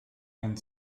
and